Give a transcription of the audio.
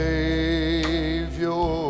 Savior